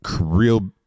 real